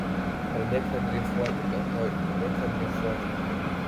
pradėkite dreifuoti kartoju pradėkite dreifuoti